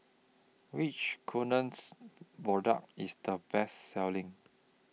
Which Kordel's Product IS The Best Selling